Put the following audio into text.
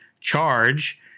charge